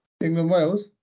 England-Wales